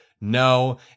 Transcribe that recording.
No